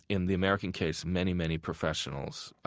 in the american case, many, many professionals,